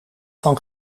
van